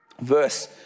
Verse